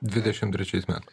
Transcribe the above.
dvidešim trečiais metais